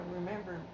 remember